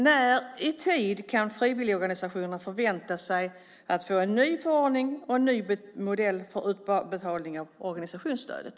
När i tid kan frivilligorganisationerna förvänta sig att få en ny förordning och en ny modell för utbetalning av organisationsstödet?